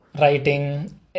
writing